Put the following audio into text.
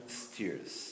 steers